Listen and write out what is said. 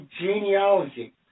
genealogy